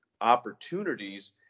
opportunities